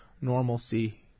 normalcy